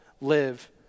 live